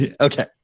Okay